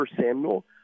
Samuel